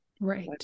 Right